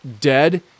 dead